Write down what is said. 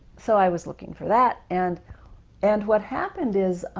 so i was looking for that. and and what happened is